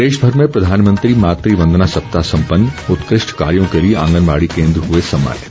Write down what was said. प्रदेशभर में प्रधानमंत्री मातू वंदना सप्ताह संपन्न उत्कृष्ट कार्यो के लिए आंगनबाड़ी केन्द्र हुए सम्मानित